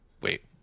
wait